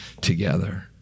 together